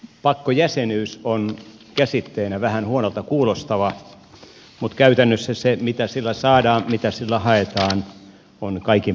pakkojäsenyys on käsitteenä vähän huonolta kuulostava mutta käytännössä se mitä sillä saadaan mitä sillä haetaan on kaikin puolin kannatettavaa